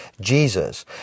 Jesus